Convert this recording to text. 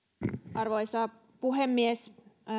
arvoisa puhemies